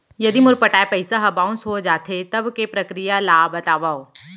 यदि मोर पटाय पइसा ह बाउंस हो जाथे, तब के प्रक्रिया ला बतावव